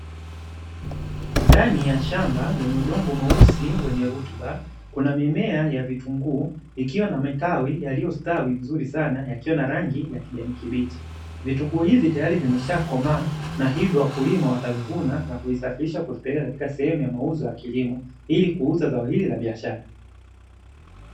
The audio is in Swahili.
Ndani ya shamba lenye udongo mweusi wenye rutuba, kuna mimea ya vitunguu ikiwa na matawi yaliyostawi vizuri sana yakiwa na rangi ya kijani kibichi. Vitunguu hivi tayari vimeshakomaa na hivyo wakulima watavivuna na kuvisafirisha kupeleka katika sehemu ya mauzo ya kilimo, ili kuuza zao hili la biashara.